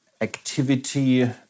activity